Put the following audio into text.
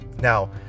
Now